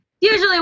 usually